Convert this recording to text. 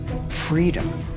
freedom,